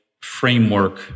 framework